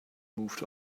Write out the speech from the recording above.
moved